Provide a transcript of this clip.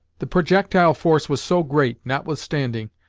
the projectile force was so great, notwithstanding,